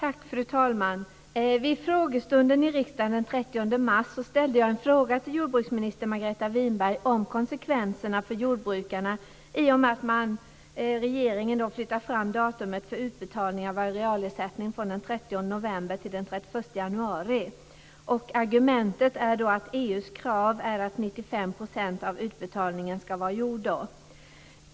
Fru talman! Vid frågestunden i riksdagen den 30 mars ställde jag en fråga till jordbruksminister Margareta Winberg om konsekvenserna för jordbrukarna i och med att regeringen flyttar fram datumet för utbetalning av arealersättning från den 30 november till den 31 januari. Argumentet är att EU:s krav är att 95 % av utbetalningen ska vara gjord då.